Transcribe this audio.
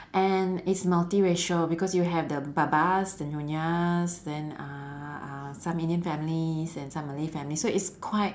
and it's multiracial because you have the babas the nyonyas then uh uh some indian families and some malay families so it's quite